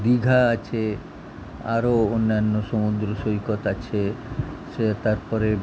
দীঘা আছে আরও অন্যান্য সমুদ্র সৈকত আছে সে তারপরে